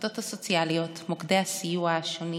העובדות הסוציאליות ומוקדי הסיוע השונים